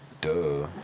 Duh